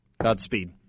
Godspeed